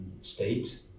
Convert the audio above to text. state